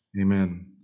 Amen